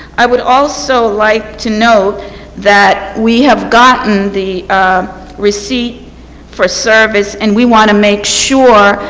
i would also like to note that we have gotten the receipt for service. and we want to make sure,